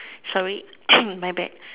sorry my bad